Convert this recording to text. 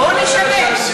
בוא נשנה.